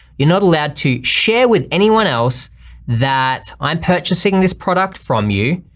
you're not allowed to share with anyone else that i'm purchasing this product from you,